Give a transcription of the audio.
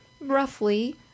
roughly